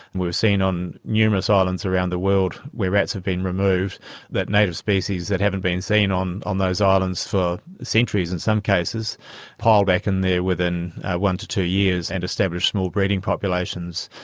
we've seen numerous ah islands around the world where rats have been removed that native species that haven't been seen on on those islands for centuries in some cases pile back in there within one to two years and establish small breeding populations.